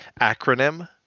acronym